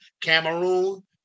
Cameroon